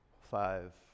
Five